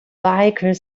biker